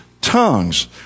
tongues